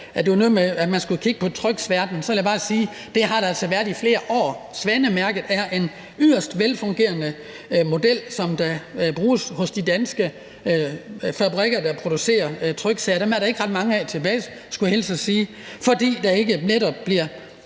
at man skulle kigge på tryksværten, vil jeg bare sige, at det har man altså gjort i flere år. Svanemærket er en yderst velfungerende model, som bruges af de danske fabrikker, der producerer tryksager. Der er ikke ret mange af dem tilbage, skulle jeg hilse og sige, fordi der netop ikke